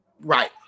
right